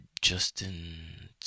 Justin